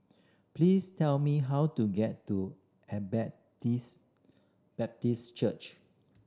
please tell me how to get to Baptist Church